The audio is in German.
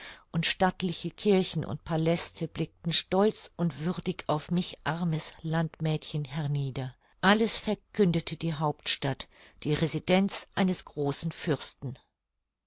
und stattliche kirchen und paläste blickten stolz und würdig auf mich armes landmädchen hernieder alles verkündete die hauptstadt die residenz eines großen fürsten